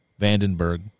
Vandenberg